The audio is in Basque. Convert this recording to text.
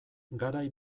garai